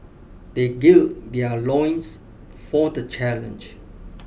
they gird their loins for the challenge